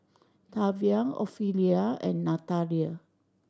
Tavian Ophelia and Nathalia